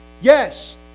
Yes